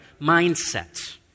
mindsets